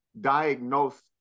diagnose